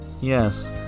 Yes